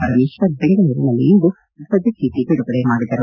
ಪರಮೇಶ್ವರ್ ಬೆಂಗಳೂರಿನಲ್ಲಿ ಇಂದು ಧ್ವಜ ಚೀಟ ಬಿಡುಗಡೆ ಮಾಡಿದರು